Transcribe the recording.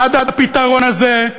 עד הפתרון הזה,